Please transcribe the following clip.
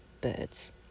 birds